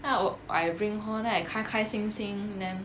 then I I bring hall then I 开开心心 then